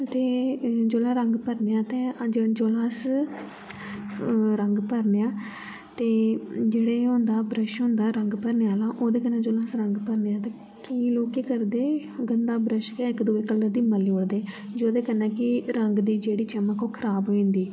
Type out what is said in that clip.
ते जेल्लै रंग भरने आं ते जोल्लै अस रंग भरने आं ते जेह्ड़ा एह् होंदा ब्रश होंदा रंग भरने आह्ला ओह्दे कन्नै जेल्लै अस रंग भरने आं ते केईं लोक केह् करदे गन्दा ब्रश गै इक दुए कलर गी मली ओड़दे जोह्दे कन्नै कि रंग दी जेह्ड़ी चमक ऐ ओह् खराब होई जन्दी